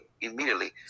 immediately